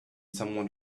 someone